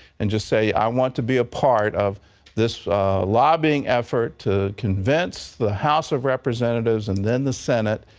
and just say, i want to be a part of this lobbying effort to convince the house of representatives and then the senate.